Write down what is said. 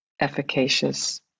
efficacious